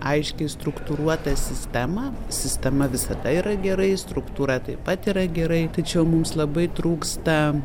aiškiai struktūruotą sistemą sistema visada yra gerai struktūra taip pat yra gerai tačiau mums labai trūksta